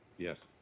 yes,